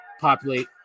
populate